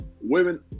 women